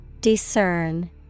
Discern